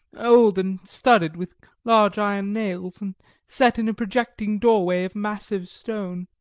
old and studded with large iron nails, and set in a projecting doorway of massive stone.